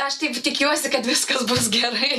aš taip tikiuosi kad viskas bus gerai